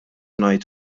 ngħid